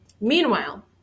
meanwhile